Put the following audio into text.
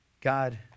God